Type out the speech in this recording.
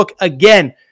again